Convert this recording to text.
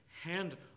hand